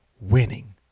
winning